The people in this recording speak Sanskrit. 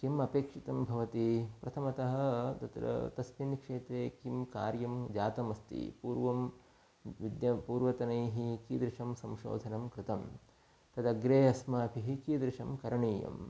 किम् अपेक्षितं भवति प्रथमतः तत्र तस्मिन् क्षेत्रे किं कार्यं जातम् अस्ति पूर्वं विद्या पूर्वतनैः कीदृशं संशोधनं कृतं तदग्रे अस्माभिः कीदृशं करणीयम्